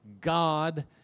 God